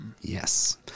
Yes